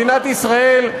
מדינת ישראל,